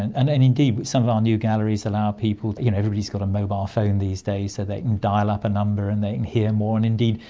and and and indeed some of our new galleries allow people. everybody's got a mobile phone these days so they can dial up a number and they can hear more. and indeed,